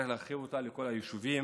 צריך להרחיב אותה לכל היישובים,